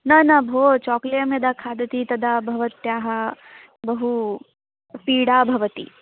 न न भो चाकलेहः यदा खादति तदा भवत्याः बहु पीडा भवति